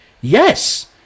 Yes